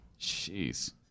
Jeez